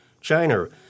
China